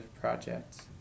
projects